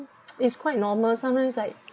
it's quite normal sometimes like